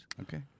Okay